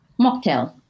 Mocktail